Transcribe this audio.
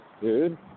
dude